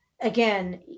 again